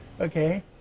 Okay